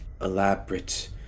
elaborate